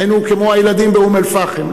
היינו כמו הילדים באום-אל-פחם,